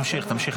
תמשיך, תמשיך.